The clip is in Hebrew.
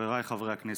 חבריי חברי הכנסת,